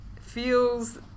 feels